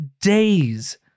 days